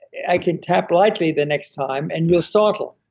i can tap lightly the next time and you'll startle.